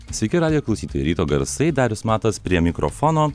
sveiki radijo klausytojai ryto garsai darius matas prie mikrofono